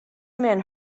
men